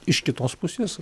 iš kitos pusės